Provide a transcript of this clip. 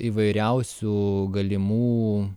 įvairiausių galimų